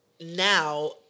now